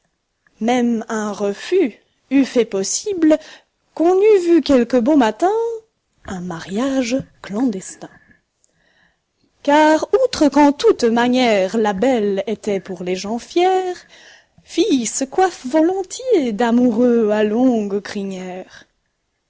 même un refus eût fait possible qu'on eût vu quelque beau matin un mariage clandestin car outre qu'en toute manière la belle était pour les gens fiers fille se coiffe volontiers d'amoureux à longue crinière